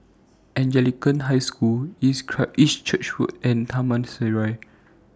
Anglican High School East Church Road and Taman Sireh